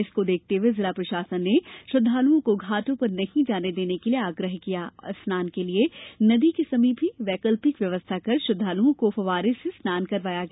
इसको देखते हुए जिला प्रशासन ने श्रद्वालुओं को घाटों पर नहीं जाने के लिये आग्रह किया और स्नान के लिये नदी के समीप ही वैकल्पिक व्यवस्था कर श्रद्दालु को फ्वारों से स्नान करवाया गया